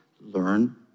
Learn